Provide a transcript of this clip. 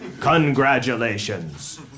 congratulations